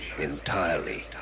entirely